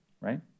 right